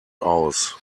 aus